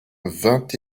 vingt